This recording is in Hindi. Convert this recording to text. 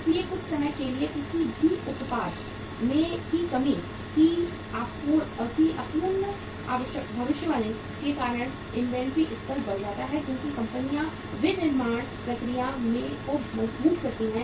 इसलिए कुछ समय के लिए किसी भी उत्पाद की मांग की अपूर्ण भविष्यवाणी के कारण इन्वेंट्री स्तर बढ़ जाता है क्योंकि कंपनियां विनिर्माण प्रक्रिया को मजबूत करती हैं